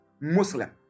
Muslim